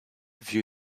view